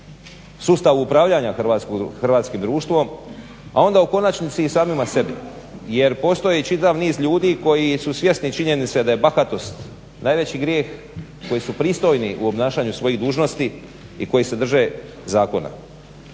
sustavu upravljanja hrvatskim društvom, a onda u konačnici i samima sebi. Jer postoji čitav niz ljudi koji su svjesni činjenice da je bahatost najveći grijeh, koji su pristojni u obnašanju svojih dužnosti i koji se drže zakona.